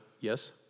yes